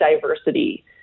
diversity